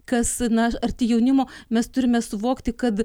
kas na arti jaunimo mes turime suvokti kad